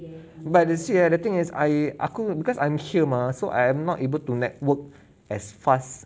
but you see ah the thing is I aku because I'm here mah so I am not able to network as fast